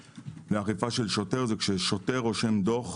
לאכיפה של שוטר, זה שכששוטר רושם דוח,